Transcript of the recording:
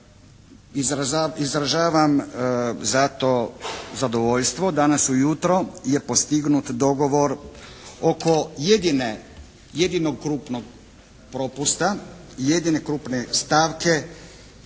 izražavam zato zadovoljstvo danas ujutro je postignut dogovor oko jedinog krupnog propusta i jedine krupne stavke